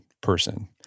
person